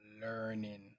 learning